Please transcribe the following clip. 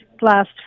last